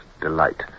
delight